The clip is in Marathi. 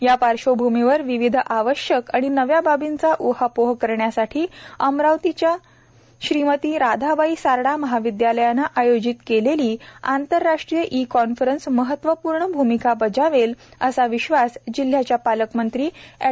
या पार्श्वभूमीवर विविध आवश्यक आणि नव्या बाबींचा उहापोह करण्यासाठी आमरावतिच्या श्रीमती राधाबाई सारडा महाविद्यालयाने आयोजित केलेली आंतरराष्ट्रीय ई कॉन्फरन्स महत्वपूर्ण भूमिका बजावेल असा विश्वास जिल्ह्याच्या पालकमंत्री एड